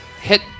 hit